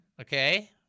okay